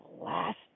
last